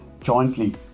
jointly